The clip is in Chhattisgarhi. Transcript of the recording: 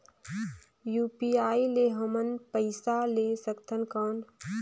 यू.पी.आई ले हमन पइसा ले सकथन कौन?